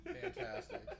Fantastic